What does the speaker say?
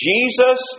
Jesus